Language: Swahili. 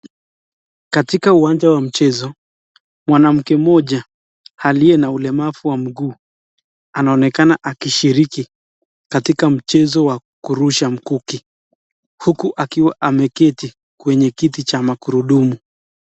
Katika uwanja wa mchezo, mwanamke mmoja aliye na ulemavu wa miguu anaonekana akishiriki katika mchezo wa kurusha mkuki huku akiwa ameketi kwenye kiti cha magurudumu.